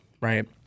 right